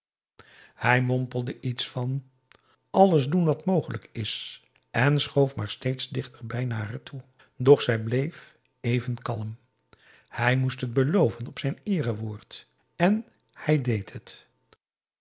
hij mompelde iets van alles doen wat mogelijk is en schoof maar steeds dichter naar haar toe doch zij bleef even kalm hij moest het beloven op zijn eerewoord en hij deed het